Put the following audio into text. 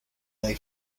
they